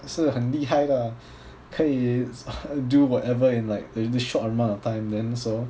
是很厉害的啊可以 do whatever in like this short amount of time then so